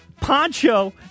poncho